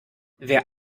wer